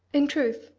in truth,